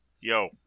Yo